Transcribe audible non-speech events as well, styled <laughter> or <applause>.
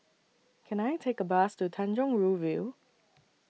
<noise> Can I Take A Bus to Tanjong Rhu View